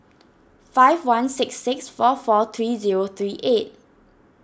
five one six six four four three zero three eight